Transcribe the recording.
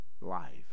life